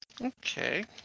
Okay